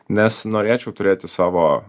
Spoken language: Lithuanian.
nes norėčiau turėti savo